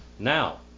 Now